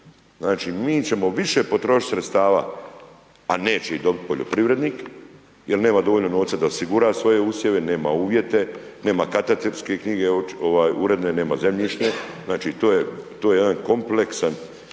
Znači mi ćemo više potrošiti sredstava a neće ih dobiti poljoprivrednik jer nema dovoljno novca da osigura svoje usjeve, nema uvjete, nema katastarske knjige uredne, nema zemljišne, znači to je jedan kompleksan